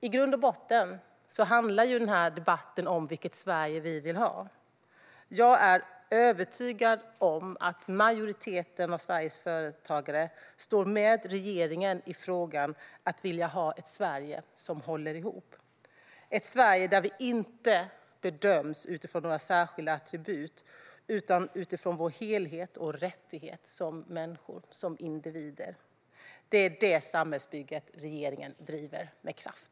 I grund och botten handlar den här debatten om vilket Sverige vi vill ha. Jag är övertygad om att majoriteten av Sveriges företagare står med regeringen i frågan att vilja ha ett Sverige som håller ihop, ett Sverige där vi inte bedöms utifrån några särskilda attribut utan utifrån vår helhet och rättighet som människor och individer. Det är detta samhällsbygge som regeringen driver med kraft.